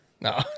No